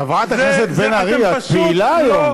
חברת הכנסת בן ארי, את פעילה היום.